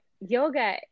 Yoga